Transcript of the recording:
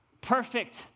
perfect